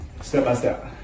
step-by-step